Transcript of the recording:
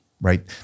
right